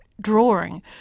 drawing